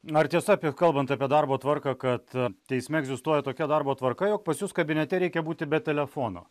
ar tiesa apie kalbant apie darbo tvarką kad teisme egzistuoja tokia darbo tvarka jog pas jus kabinete reikia būti be telefono